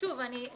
שוב, אני